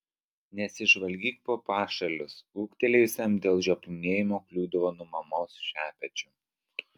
nesižvalgyk po pašalius ūgtelėjusiam dėl žioplinėjimo kliūdavo nuo mamos šepečiu